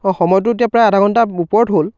অঁ সময়টো এতিয়া প্ৰায় আধা ঘণ্টা ওপৰত হ'ল